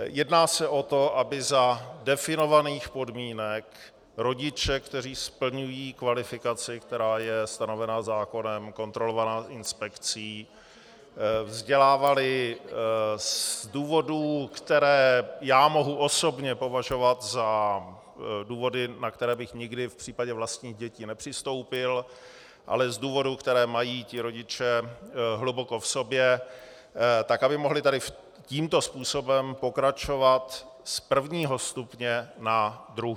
Jedná se o to, aby za definovaných podmínek rodiče, kteří splňují kvalifikaci, která je stanovena zákonem, kontrolovaná inspekcí, vzdělávali z důvodů, které mohu osobně považovat za důvody, na které bych nikdy v případě vlastních dětí nepřistoupil, ale které mají rodiče hluboko v sobě, aby mohli tímto způsobem pokračovat z prvního stupně na druhý.